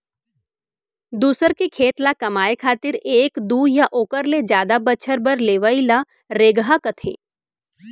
दूसर के खेत ल कमाए खातिर एक दू या ओकर ले जादा बछर बर लेवइ ल रेगहा कथें